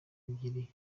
ebyiri